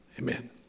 Amen